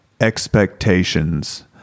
expectations